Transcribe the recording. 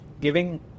giving